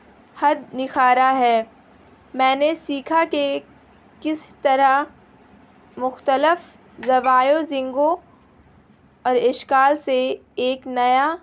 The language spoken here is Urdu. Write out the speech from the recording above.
حد نکھارا ہے میں نے سیکھا کہ کس طرح مختلف زوایوں زنگوں اور اشکال سے ایک نیا